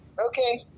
Okay